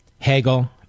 Hegel